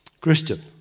Christian